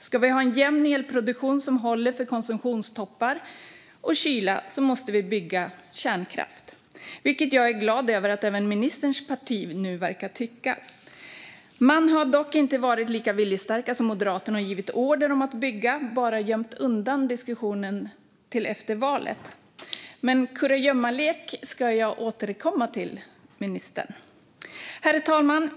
Ska vi ha en jämn elproduktion som håller för konsumtionstoppar och kyla måste vi bygga kärnkraft, vilket jag är glad över att även ministerns parti nu verkar tycka. Man har dock inte varit lika viljestark som Moderaterna och givit order om att bygga. Man har bara gömt undan diskussionen till efter valet. Men detta med kurragömmalek ska jag återkomma till, ministern. Herr talman!